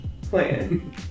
Plan